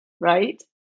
right